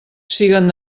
siguen